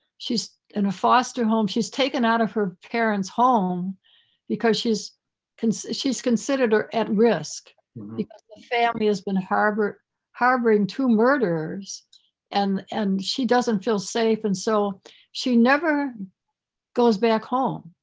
she's in a foster home. she's taken out of her parent's home because she's considered she's considered ah at risk because her family has been harboring harboring two murders and and she doesn't feel safe. and so she never goes back home.